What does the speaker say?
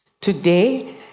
Today